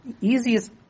easiest